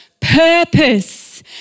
purpose